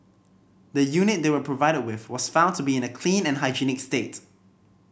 the unit they were provided with was found to be in a clean and hygienic state